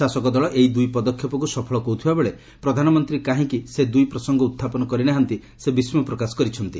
ଶାସକ ଦଳ ଏହି ଦୁଇ ପଦକ୍ଷେପକୃ ସଫଳ କହୁଥିବାବେଳେ ପ୍ରଧାନମନ୍ତ୍ରୀ କାହିଁକି ସେ ଦୁଇ ପ୍ରସଙ୍ଗ ଉତ୍ଥାପନ କରିନାହାନ୍ତି ସେ ବିସ୍କୟ ପ୍ରକାଶ କରିଛନ୍ତି